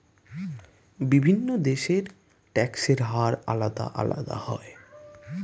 বিভিন্ন দেশের ট্যাক্সের হার আলাদা আলাদা হয়